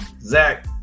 Zach